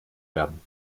werden